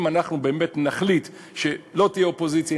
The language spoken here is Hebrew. אם אנחנו באמת נחליט שלא תהיה אופוזיציה,